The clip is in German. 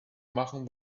machen